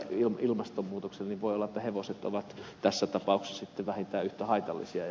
voi olla että hevoset ovat tässä tapauksessa sitten vähintään yhtä haitallisia